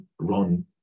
run